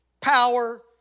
power